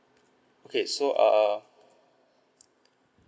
okay so err